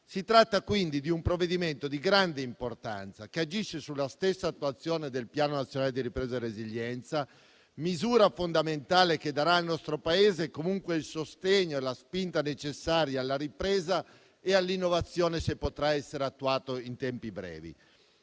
Si tratta quindi di un provvedimento di grande importanza, che agisce sulla stessa attuazione del Piano nazionale di ripresa e resilienza, misura fondamentale, che darà al nostro Paese il sostegno e la spinta necessaria alla ripresa e all'innovazione, se potrà essere attuata in tempi brevi.